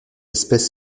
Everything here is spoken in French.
espèce